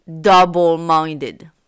double-minded